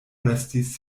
restis